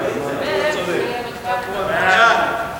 החלטת ועדת החוקה,